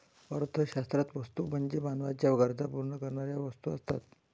अर्थशास्त्रात वस्तू म्हणजे मानवाच्या गरजा पूर्ण करणाऱ्या वस्तू असतात